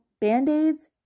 band-aids